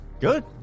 Good